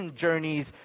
journeys